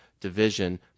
division